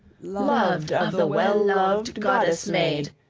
loved of the well-loved goddess-maid!